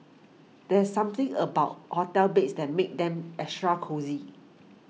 there's something about hotel beds that makes them extra cosy